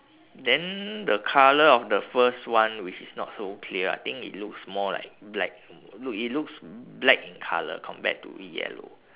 then the colour of the first one which is not so clear I think it looks more like black look it looks black in colour compared to yellow